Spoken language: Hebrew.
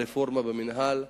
הרפורמה במינהל.